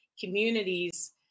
communities